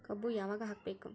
ಕಬ್ಬು ಯಾವಾಗ ಹಾಕಬೇಕು?